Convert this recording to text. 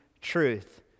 truth